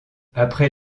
après